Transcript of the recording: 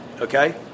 okay